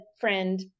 friend